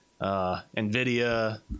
Nvidia